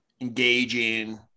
engaging